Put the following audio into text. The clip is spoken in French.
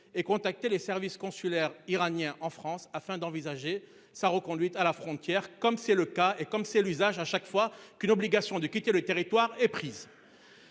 et contacter les services consulaires iranien en France afin d'envisager sa reconduite à la frontière, comme c'est le cas et comme c'est l'usage à chaque fois qu'une obligation de quitter le territoire est prise.